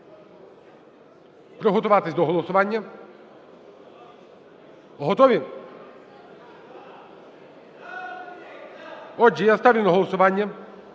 приготуватись до голосування. Готові? Отже, я ставлю на голосування